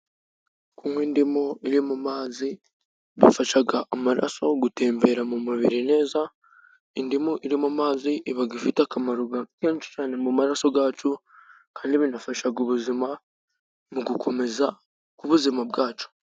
Kunywa indimu iri mu mazi bifasha amaraso gutembera mu mubiri neza indimu iri mu mazi iba ifite akamaro kenshi cyane mu maraso yacu ,kandi binafasha ubuzima mu gukomeza k'ubuzima bwacu.